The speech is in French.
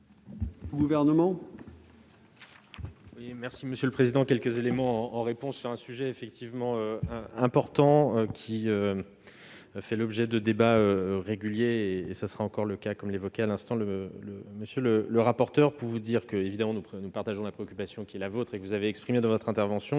du Gouvernement ?